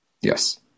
Yes